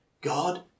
God